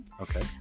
Okay